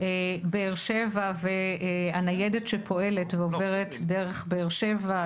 באר שבע והניידת שפועלת ועוברת דרך באר שבע,